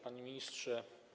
Panie Ministrze!